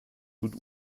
gut